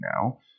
now